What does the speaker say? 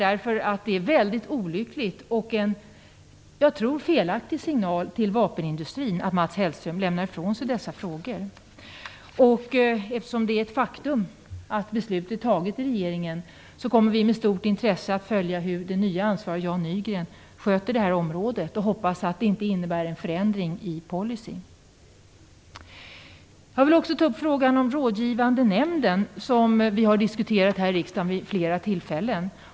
Därför är det väldigt olyckligt och innebär en felaktig signal till vapenindustrin att Mats Hellström lämnar ifrån sig dessa frågor. Eftersom beslutet i regeringen är ett faktum kommer vi med stort intresse att följa hur den nya ansvarige Jan Nygren sköter det här området. Vi hoppas att det inte innbär en förändring i policyn. Jag vill också ta upp frågan om rådgivande nämnden, som vi har diskuterat här i riksdagen vid ett flertal tillfällen.